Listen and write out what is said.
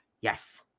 yes